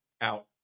out